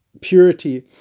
purity